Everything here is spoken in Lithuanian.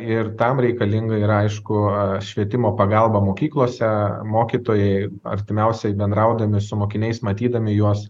ir tam reikalinga yra aišku švietimo pagalba mokyklose mokytojai artimiausiai bendraudami su mokiniais matydami juos